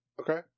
Okay